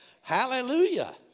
Hallelujah